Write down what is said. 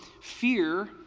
Fear